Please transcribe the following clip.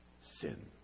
sin